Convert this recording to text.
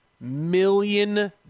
million